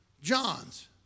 John's